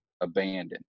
abandoned